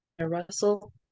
Russell